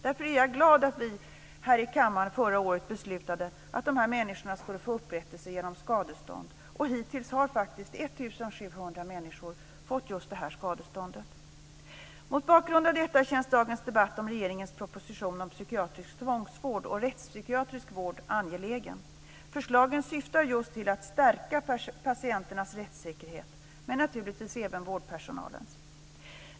Därför är jag glad över att vi här i kammaren förra året beslutade att ge dessa människor upprättelse genom ett skadestånd. Hittills har faktiskt 1 700 personer fått skadestånd. Mot bakgrund av detta känns dagens debatt om regeringens proposition om psykiatrisk tvångsvård och rättspsykiatrisk vård angelägen. Förslagen syftar just till att stärka patienternas rättssäkerhet, men naturligtvis även vårdpersonalens.